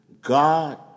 God